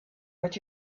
what